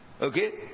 Okay